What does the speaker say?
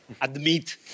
admit